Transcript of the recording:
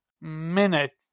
minutes